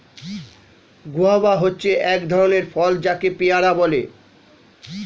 guava হচ্ছে এক ধরণের ফল যাকে পেয়ারা বলে